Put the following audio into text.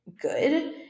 good